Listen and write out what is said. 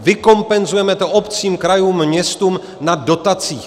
Vykompenzujeme to obcím, krajům, městům na dotacích.